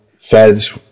feds